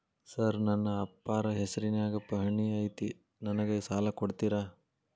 Sir ನನ್ನ ಅಪ್ಪಾರ ಹೆಸರಿನ್ಯಾಗ್ ಪಹಣಿ ಐತಿ ನನಗ ಸಾಲ ಕೊಡ್ತೇರಾ?